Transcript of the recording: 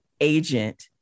agent